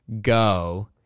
go